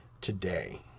today